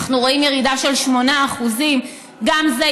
אנחנו רואים ירידה של 8%. גם זה,